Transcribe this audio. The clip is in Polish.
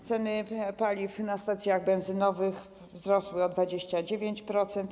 Ceny paliw na stacjach benzynowych wzrosły o 29%.